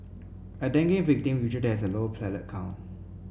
a dengue victim usually has a low blood platelet count